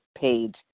page